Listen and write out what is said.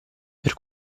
per